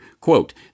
Quote